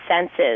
senses